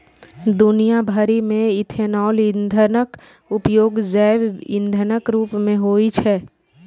दुनिया भरि मे इथेनॉल ईंधनक उपयोग जैव ईंधनक रूप मे होइ छै